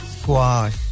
squash